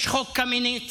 יש חוק קמיניץ,